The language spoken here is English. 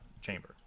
chamber